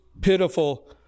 pitiful